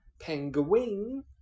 Penguin